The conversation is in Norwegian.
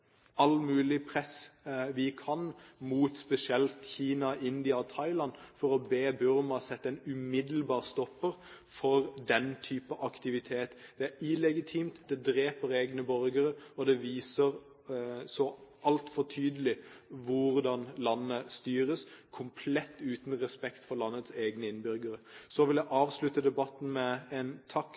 mulig press vi kan, spesielt mot Kina, India og Thailand, for å be Burma sette en umiddelbar stopper for den type aktivitet. Det er illegitimt, det dreper egne borgere, og det viser så altfor tydelig hvordan landet styres, komplett uten respekt for landets egne innbyggere. Så vil jeg avslutte debatten med en takk